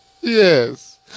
Yes